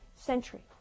century